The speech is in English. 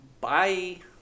Bye